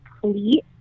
complete